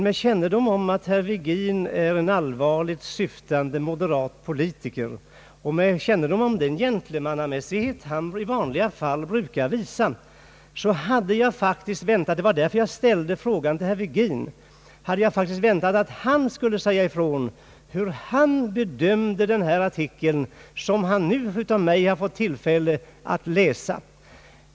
Med kännedom om att herr Virgin är en allvarligt syftande moderat politiker och med kännedom om den gentlemannamässighet han i vanliga fall brukar visa — det var därför jag ställde frågan till honom — hade jag faktiskt väntat mig att han skulle säga ifrån hur han bedömde den här artikeln, som han nu av mig fått tillfälle att läsa.